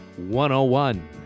101